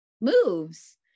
moves